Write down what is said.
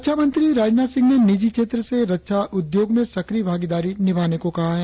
रक्षामंत्री राजनाथ सिंह ने निजी क्षेत्र से रक्षा उद्योग में सक्रिय भागीदारी निभाने को कहा है